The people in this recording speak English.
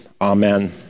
amen